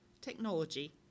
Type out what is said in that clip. technology